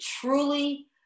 truly